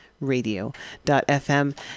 radio.fm